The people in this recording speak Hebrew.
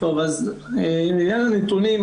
לעניין הנתונים,